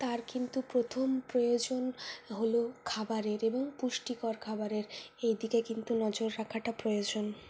তার কিন্তু প্রথম প্রয়োজন হল খাবারের এবং পুষ্টিকর খাবারের এইদিকে কিন্তু নজর রাখাটা প্রয়োজন